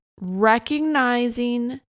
Recognizing